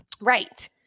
Right